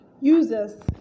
users